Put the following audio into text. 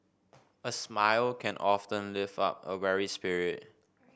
a smile can often lift up a weary spirit